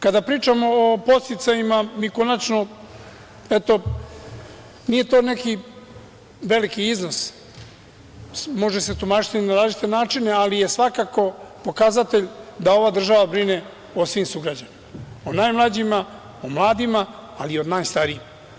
Kada pričamo o podsticajima mi konačno, eto, nije to neki veliki iznos, može se tumačiti na različite načine ali je svakako pokazatelj da ova država brine o svim sugrađanima, o najmlađima, o mladima ali i o najstarijima.